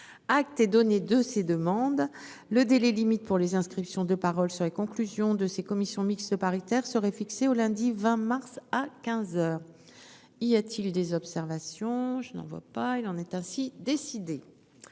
Acte et donner de ces demandes le délai limite pour les inscriptions de parole sur les conclusions de ces commissions mixtes paritaires serait fixée au lundi 20 mars à 15h. Y a-t-il des observations. Je n'en vois pas. Il en est ainsi décidé.